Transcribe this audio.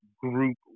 group